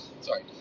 Sorry